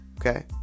Okay